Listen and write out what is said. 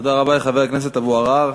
תודה רבה לחבר הכנסת אבו עראר.